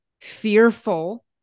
fearful